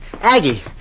Aggie